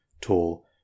tall